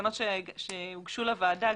בתקנות שהוגשו לוועדה,